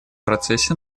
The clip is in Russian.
процессе